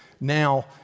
now